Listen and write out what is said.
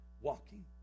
walking